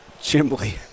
Chimbley